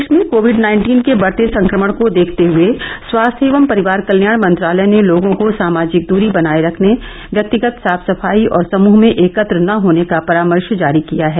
देश में COVID nineteen के बढ़ते संक्रमण को देखते हुए स्वास्थ्य एवं परिवार कल्याण मंत्रालय ने लोगों को सामाजिक दूरी बनाए रखने व्यक्तिगत साफ सफाई और समूह में एकत्र न होने का परामर्श जारी किया है